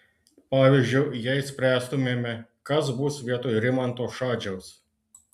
pavyzdžiui jei spręstumėme kas bus vietoj rimanto šadžiaus